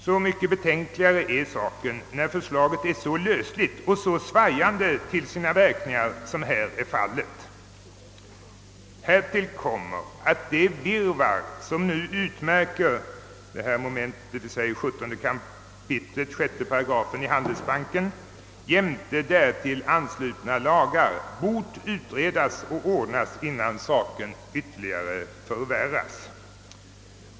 Så mycket betänkligare är saken, när förslaget är så lösligt och så svajande till sina verkningar som här är fallet. Härtill kommer, att det virrvarr som nu ut märker 17 kap. 6 8 HB jämte därtill anslutande lagar bort utredas och ordnas innan saken ytterligare förvärras.